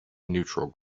neutral